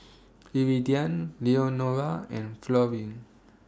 Iridian Leonora and Florine